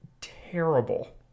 terrible